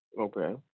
Okay